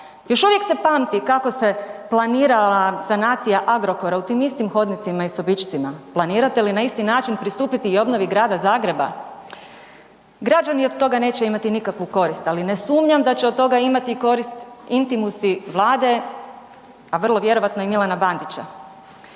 Još uvijek se pamti kako se planirala sanacija Agrokora u tim istim hodnicima i sobičcima. Planirate li na isti način pristupiti i obnovi Grada Zagreba? građani od toga neće imati nikakvu korist, ali ne sumnjam da će od toga imati korist intimusi Vlade, a vrlo vjerojatno i Milana Bandića.